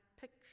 picture